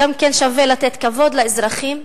שווה לתת כבוד לאזרחים.